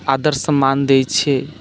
आदर सम्मान दैत छियै